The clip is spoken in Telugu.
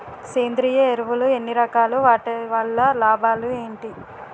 సేంద్రీయ ఎరువులు ఎన్ని రకాలు? వాటి వల్ల లాభాలు ఏంటి?